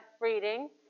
reading